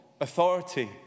authority